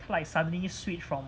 like suddenly switched from